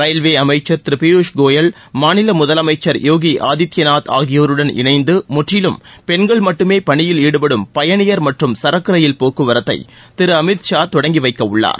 railway அமைச்சர் திரு பியூஷ் கோயல் மாநில முதலமைச்சர் யோகி ஆதித்யநாத் ஆகியோருடன் இணைந்து முற்றிலும் பெண்கள் மட்டுமே பணியில் ஈடுபடும் பயணியர் மற்றும் சரக்கு ரயில் போக்குவரத்தை திரு அமித்ஷா தொடங்கி வைக்கவுள்ளார்